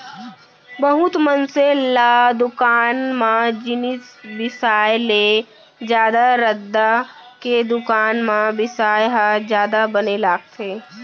बहुत मनसे ल दुकान म जिनिस बिसाय ले जादा रद्दा के दुकान म बिसाय ह जादा बने लागथे